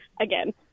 again